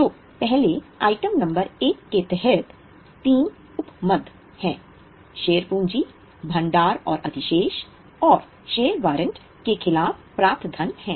तो पहले item number के तहत तीन उप मद शेयर पूंजी भंडार और अधिशेष और शेयर वारंट के खिलाफ प्राप्त धन हैं